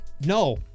No